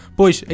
pois